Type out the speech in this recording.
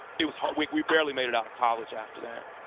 it was hard, we we barely made it out of college after that.